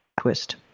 twist